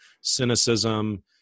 cynicism